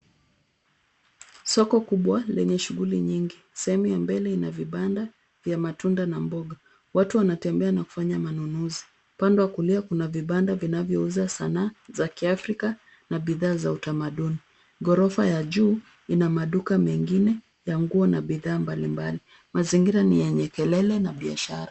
Soko kubwa lenye shughuli nyingi. Sehemu ya mbele ina vibanda vya matunda na mboga. Watu wanatembea na kufanya manunuzi. Upande wa kulia kuna vibanda vinavyouza sana za kiafrika na bidhaa za utamaduni. Gorofa ya juu ina maduka mengine ya nguo na bidhaa mbalimbali. Mazingira ni yenye kelele na biashara.